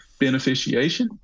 beneficiation